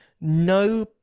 no